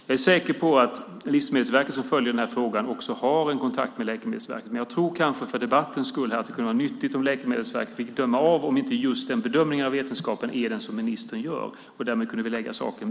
Jag är säker på att Livsmedelsverket som följer frågan också har en kontakt med Läkemedelsverket. Men jag tror kanske för debattens skull att det kunde vara nyttigt om Läkemedelsverket fick döma av just den bedömning som ministern gör, och vi därmed kunde bilägga saken.